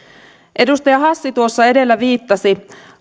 edustaja hassi edellä viittasi